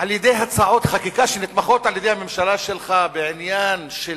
על-ידי הצעות חקיקה שנתמכות על-ידי הממשלה שלך בעניין של